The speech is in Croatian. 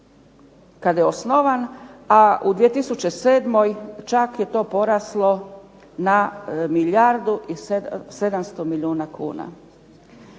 kada je osnovan, a u 2007. čak je to poraslo na milijardu i 700 milijuna kuna.